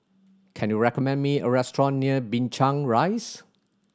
can you recommend me a restaurant near Binchang Rise